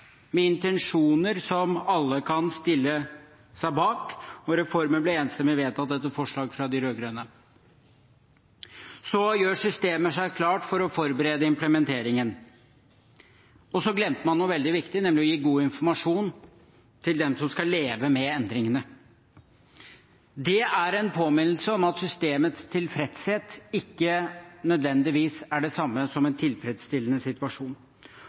med intensjoner som alle kan stille seg bak, og reformen ble enstemmig vedtatt etter forslag fra de rød-grønne. Så gjør systemet seg klart for å forberede implementeringen, og så glemte man noe veldig viktig, nemlig å gi god informasjon til dem som skal leve med endringene. Det er en påminnelse om at systemets tilfredshet ikke nødvendigvis er det samme som en tilfredsstillende situasjon.